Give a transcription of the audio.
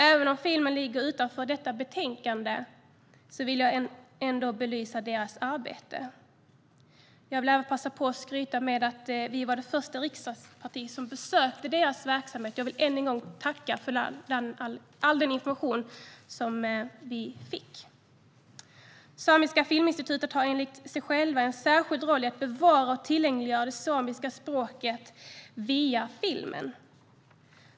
Även om filmen ligger utanför detta betänkande vill jag ändå belysa deras arbete. Jag vill även passa på och skryta med vi var det första riksdagsparti som besökte deras verksamhet. Jag vill än en gång tacka för all den information vi fick. Samiska filminstitutet har enligt dem själva en särskild roll i att bevara och tillgängliggöra det samiska språket via filmen.